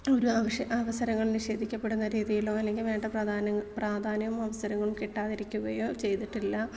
ഒരാവശ്യ അവസരങ്ങൾ നിഷേധിക്കപ്പെടുന്ന രീതിയിലോ അല്ലെങ്കിൽ വേണ്ട പ്രധാനം പ്രാധാന്യം അവസരങ്ങളും കിട്ടാതിരിക്കുകയോ ചെയ്തിട്ടില്ല